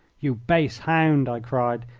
you base hound, i cried,